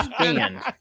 stand